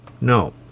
no